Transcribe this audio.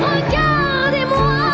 Regardez-moi